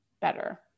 better